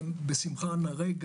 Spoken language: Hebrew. בשמחה נראה.